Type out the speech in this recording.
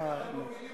אתם מובילים אותנו לשם.